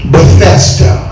Bethesda